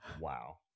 Wow